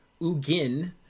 Ugin